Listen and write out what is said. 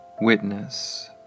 witness